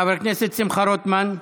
חבר הכנסת שמחה רוטמן,